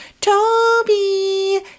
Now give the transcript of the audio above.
Toby